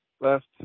left